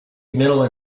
middle